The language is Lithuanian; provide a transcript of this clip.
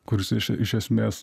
kuris iš iš esmės